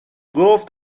گفت